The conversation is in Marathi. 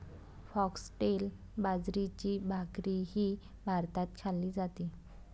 फॉक्सटेल बाजरीची भाकरीही भारतात खाल्ली जाते